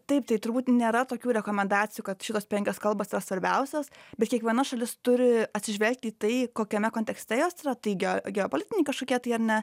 taip tai turbūt nėra tokių rekomendacijų kad šitas penkios kalbos yra svarbiausios bet kiekviena šalis turi atsižvelgti į tai kokiame kontekste jos yra tai ge geopolitiniai kažkokie tai ar ne